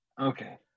Okay